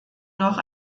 noch